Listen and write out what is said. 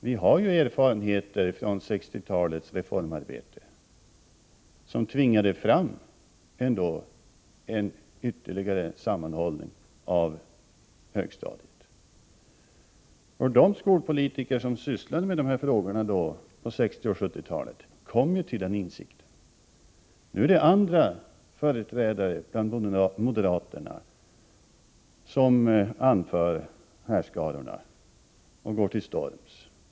Vi har ju erfarenheter från 1960-talets reformarbete, som tvingade fram ytterligare sammanhållning av högstadiet. De skolpolitiker som sysslade med dessa frågor på 1960 och 1970-talen kom ju till den insikten. Nu är det andra företrädare bland moderaterna som anför härskarorna och går till storms.